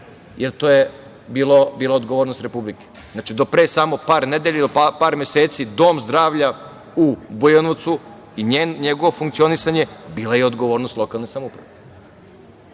jer to je bila odgovornost Republike. Znači do samo pre par nedelja i par meseci, dom zdravlja u Bujanovcu i njegovo funkcionisanje bila je odgovornost i lokalne samouprave. Dakle,